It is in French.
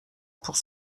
pour